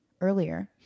earlier